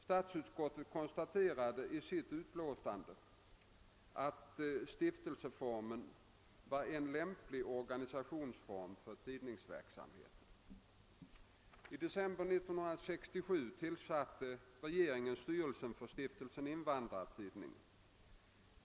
Statsutskottet konstaterade i sitt utlåande att stiftelseformen var en lämlig organisationsform för = tidningsverksamheten. I december 1967 tillsatte regeringen styrelsen för Stiftelsen Invandrartidningen.